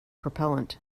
propellant